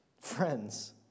friends